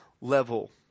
level